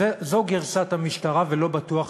זו גרסת המשטרה ולא בטוח